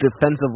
defensive